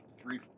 three